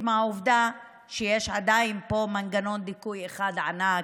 מהעובדה שיש פה עדיין מנגנון דיכוי אחד ענק,